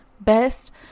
best